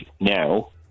now